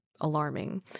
alarming